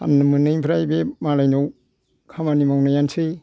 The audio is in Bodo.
फाननो मोनैनिफ्राय बे मालायनाव खामानि मावनायानोसै